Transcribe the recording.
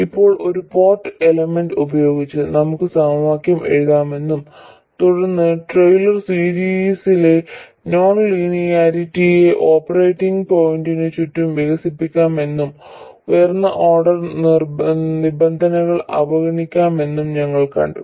ഇപ്പോൾ ഒരു port element ഉപയോഗിച്ച് നമുക്ക് സമവാക്യം എഴുതാമെന്നും തുടർന്ന് ടെയ്ലർ സീരീസിലെ നോൺ ലീനിയാരിറ്റിയെ ഓപ്പറേറ്റിംഗ് പോയിന്റിന് ചുറ്റും വികസിപ്പിക്കാമെന്നും ഉയർന്ന ഓർഡർ നിബന്ധനകൾ അവഗണിക്കാമെന്നും ഞങ്ങൾ കണ്ടു